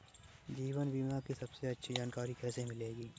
जीवन बीमा की सबसे अच्छी जानकारी कैसे मिलेगी?